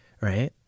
right